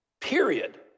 period